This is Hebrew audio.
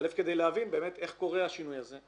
א, כדי להבין באמת איך קורה השינוי הזה?